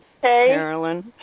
Carolyn